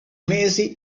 mesi